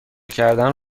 کردن